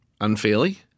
unfairly